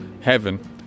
heaven